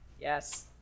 Yes